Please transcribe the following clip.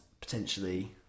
potentially